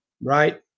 Right